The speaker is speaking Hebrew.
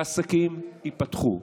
והעסקים ייפתחו,